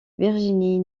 virginie